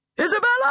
Isabella